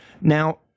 Now